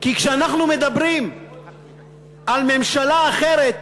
כי כשאנחנו מדברים על ממשלה אחרת,